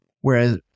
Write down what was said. Whereas